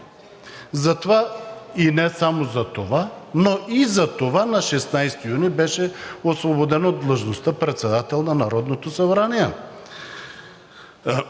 Затова – и не само затова, но и затова на 16 юни беше освободен от длъжността „председател на Народното събрание“.